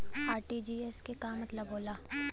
RTGS के का मतलब होला?